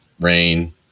Rain